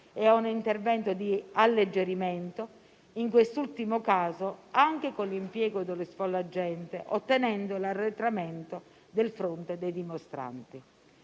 e a un intervento di alleggerimento, in quest'ultimo caso anche con l'impiego dello sfollagente, ottenendo l'arretramento del fronte dei dimostranti.